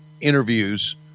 interviews